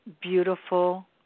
beautiful